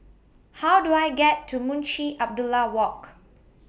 How Do I get to Munshi Abdullah Walk